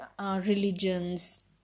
religions